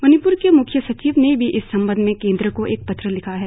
मणिप्र के मुख्य सचिव ने भी इस संबंध में केंद्र को एक पत्र लिखा है